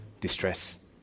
distress